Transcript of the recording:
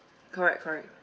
correct correct